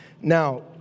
Now